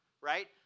right